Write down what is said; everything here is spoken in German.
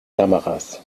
kameras